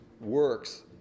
works